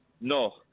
No